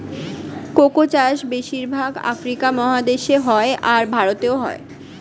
cocoa চাষ বেশির ভাগ আফ্রিকা মহাদেশে হয়, আর ভারতেও হয়